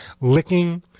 licking